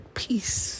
peace